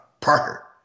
Parker